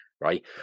right